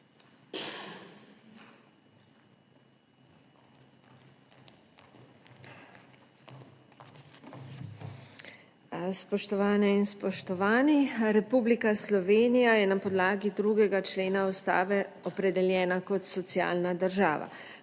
Spoštovane in spoštovani! Republika Slovenija je na podlagi 2. člena Ustave opredeljena kot socialna država,